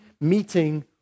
meeting